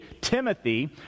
Timothy